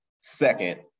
second